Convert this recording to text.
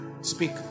speak